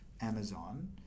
Amazon